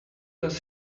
does